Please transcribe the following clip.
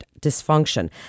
dysfunction